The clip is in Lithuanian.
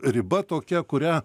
riba tokia kurią